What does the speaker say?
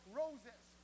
roses